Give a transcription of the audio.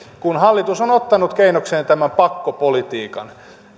hallitushan on ottanut keinokseen tämän pakkopolitiikan